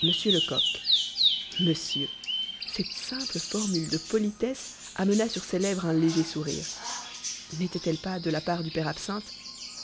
monsieur lecoq monsieur cette simple formule de politesse amena sur ses lèvres un léger sourire n'était-elle pas de la part du père absinthe